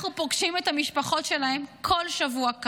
אנחנו פוגשים את המשפחות שלהם כאן בכל שבוע.